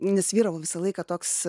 nes vyravo visą laiką toks